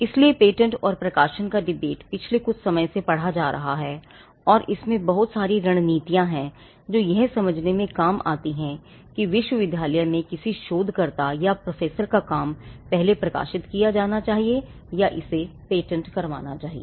इसलिए पेटेंट और प्रकाशन का डिबेट पिछले कुछ समय से पढ़ा जा रहा है और इसमें बहुत सारी रणनीतियाँ हैं जो यह समझने में काम आती हैं कि विश्वविद्यालय में किसी शोधकर्ता या प्रोफेसर का काम पहले प्रकाशित किया जाना चाहिए या इसे पेटेंट कराया जाना चाहिए